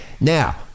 now